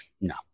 no